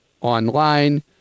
online